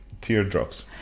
Teardrops